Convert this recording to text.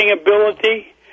ability